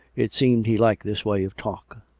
it seemed he liked this way of talk.